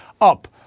up